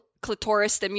clitoris